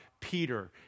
Peter